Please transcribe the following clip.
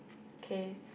okay